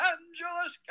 Angeles